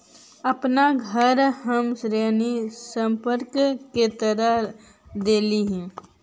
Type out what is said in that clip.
अपन घर हम ऋण संपार्श्विक के तरह देले ही